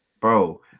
bro